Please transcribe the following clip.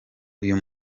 uyu